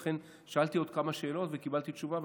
לכן שאלתי עוד כמה שאלות וקיבלתי תשובה,